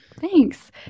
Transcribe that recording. thanks